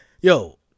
yo